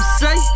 say